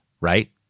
right